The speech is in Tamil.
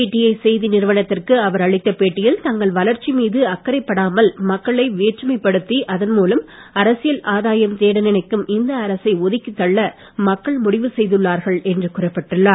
பிடிஐ செய்தி நிறுவனத்திற்கு அவர் அளித்த பேட்டியில் தங்கள் வளர்ச்சி மீது அக்கறை படாமல் மக்களை வேற்றுமைப் படுத்தி அதன் மூலம் அரசியல் ஆராயம் தேட நினைக்கும் இந்த அரசை ஒதுக்கித்தள்ள மக்கள் முடிவு செய்துள்ளார்கள் என்றும் குறிப்பிட்டுள்ளார்